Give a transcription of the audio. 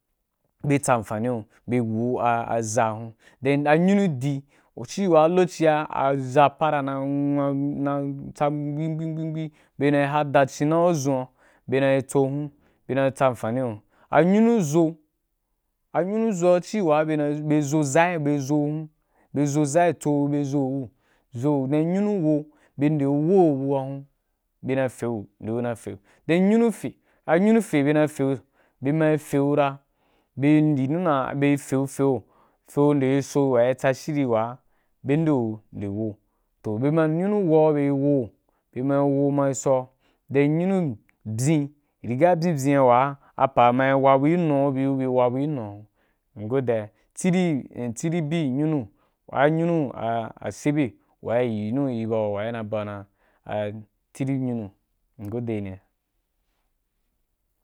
Bye tson anfani giyo, bye wei gu a za hin then a nyunu dî gu ci a lokoci à à za para na tsa nu bīn bin, bin bin bye na hadda ci na yi dzun a, bye na yi tso hun bye nayi tsa anfani yi yo, anyunu zo a nyunu zo ‘a ci wa bye na’i abe zo za’i bye zo hun bye zo za tso gu bye zo gu then nyunu wo bye nde gu wo wo a hun uun, bye nafegu nde nafe, then nyunu fe, anyunu bye na yi fe, bye ma fe gu ra bye yi nde nna bye fe fe ‘u fe ‘u nde guso wa i tsa shiri wa bye nde gu nde wo, toh bye dan nyunu wo à bye wo’u, byema wo’u ma’i so then nyunu byin, bga byín byin a wa, a pa ma yi wa bu yi nu wa, ku bi wa bu yi wa bu yi nu wa, ku bi wa bu yi nu wa ra. Mgode ya. Ti ri, tiri bi, nyunu, a nyunu a’a sebe wa i yini wa i na yi ba ù dan a tiri munu mgodeyin ni ya.